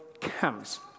comes